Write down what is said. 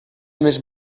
més